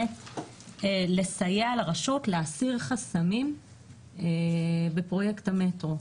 לסייע לרשות להסיר חסמים בפרויקט המטרו.